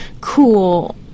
cool